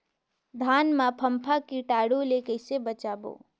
धान मां फम्फा कीटाणु ले कइसे बचाबो?